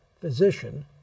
physician